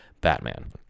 Batman